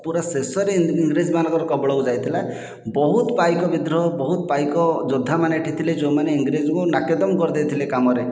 ପୁରା ଶେଷରେ ଇଂରେଜ ମାନଙ୍କର କବଳକୁ ଯାଇଥିଲା ବହୁତ ପାଇକ ବିଦ୍ରୋହ ବହୁତ ପାଇକ ଯୋଦ୍ଧାମାନେ ଏଠି ଥିଲେ ଯେଉଁମାନେ ଇଂରେଜଙ୍କୁ ନାକେଦମ କରିଦେଇଥିଲେ କାମରେ